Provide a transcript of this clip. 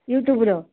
ୟୁଟ୍ୟୁବ୍ର